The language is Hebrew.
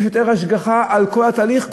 יש יותר השגחה על כל התהליך,